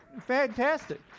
fantastic